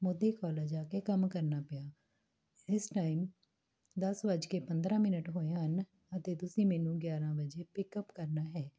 Modi college ਆ ਕੇ ਕੰਮ ਕਰਨਾ ਪਿਆ ਇਸ ਟਾਈਮ ਦਸ ਵੱਜ ਕੇ ਪੰਦਰਾਂ ਮਿੰਟ ਹੋਏ ਹਨ ਅਤੇ ਤੁਸੀਂ ਮੈਨੂੰ ਗਿਆਰਾਂ ਵਜੇ ਪਿੱਕਅਪ ਕਰਨਾ ਹੈ